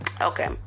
Okay